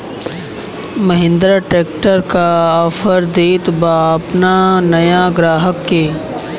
Mahindra tractor का offer देत बा अपना नया ग्राहक के?